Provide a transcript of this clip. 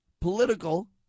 political